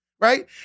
right